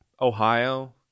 Ohio